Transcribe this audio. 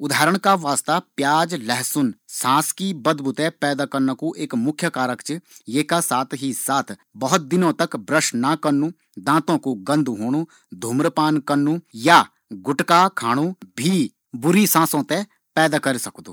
उदाहरण का वास्ता प्याज और लहसुन सांस की बदबू ते पैदा कन्ना का वास्ता मुख्य कारक छन, बहुत दिनों तक ब्रश न कन्न सी भी साँसों मा बदबू पैदा ह्वे सकदी।